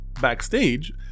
backstage